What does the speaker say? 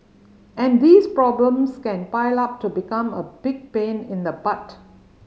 and these problems can pile up to become a big pain in the butt